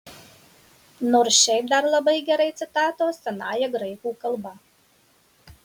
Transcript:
nors šiaip dar labai gerai citatos senąja graikų kalba